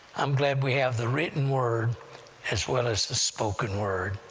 i'm glad we have the written word as well as the spoken word.